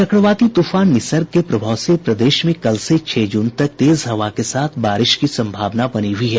चक्रवाती तूफान निसर्ग के प्रभाव से प्रदेश में कल से छह जून तक तेज हवा के साथ बारिश की संभावना बनी हुई है